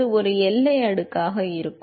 அது ஒரு எல்லை அடுக்காக இருக்கும்